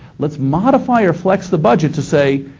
let's modify or flex the budget to say,